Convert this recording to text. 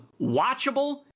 watchable